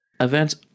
events